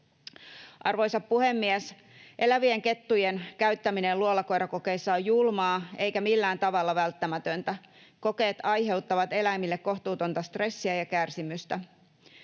Arvoisa puhemies! Elävien kettujen käyttäminen luolakoirakokeissa on julmaa eikä millään tavalla välttämätöntä. Kokeet aiheuttavat eläimille kohtuutonta stressiä ja kärsimystä.